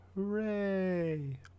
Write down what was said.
Hooray